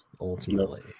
ultimately